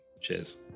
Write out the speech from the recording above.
Cheers